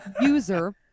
user